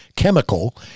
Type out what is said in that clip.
chemical